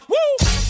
Woo